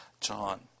John